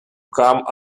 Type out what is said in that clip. come